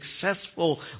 successful